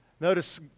Notice